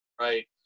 Right